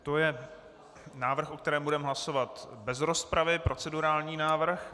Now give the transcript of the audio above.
To je návrh, o kterém budeme hlasovat bez rozpravy, procedurální návrh.